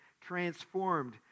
transformed